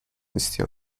نیستی